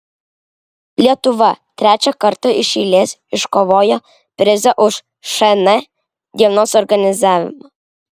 lietuva trečią kartą iš eilės iškovojo prizą už šn dienos organizavimą